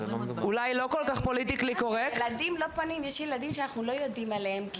יש ילדים שאנחנו לא יודעים עליהם,